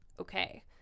okay